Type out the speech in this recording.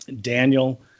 Daniel